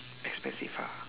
expensive ah